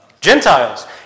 Gentiles